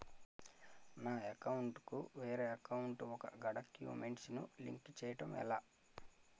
నా అకౌంట్ కు వేరే అకౌంట్ ఒక గడాక్యుమెంట్స్ ను లింక్ చేయడం ఎలా?